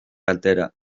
altera